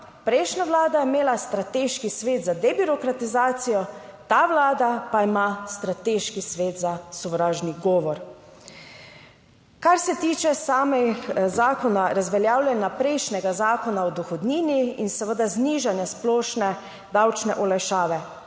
prejšnja vlada je imela strateški svet za debirokratizacijo, ta Vlada pa ima strateški svet za sovražni govor. Kar se tiče samega zakona, razveljavljanja prejšnjega Zakona o dohodnini in seveda znižanje splošne davčne olajšave,